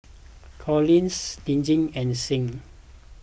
Collis Lizzie and Sing